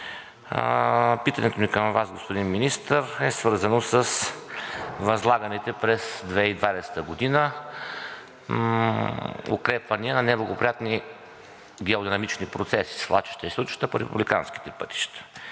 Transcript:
Питането ни към Вас, господин Министър, е свързано с възлаганите през 2020 г. укрепвания на неблагоприятни геодинамични процеси – свлачища и срутища по републиканските пътища.